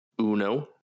uno